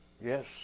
Yes